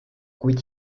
kuid